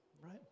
Right